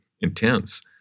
intense